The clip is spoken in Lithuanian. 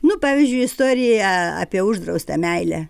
nu pavyzdžiui istorija apie uždraustą meilę